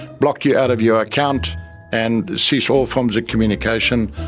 block you out of your account and cease all forms of communication.